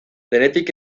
denetik